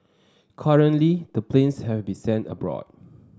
currently the planes have to be sent abroad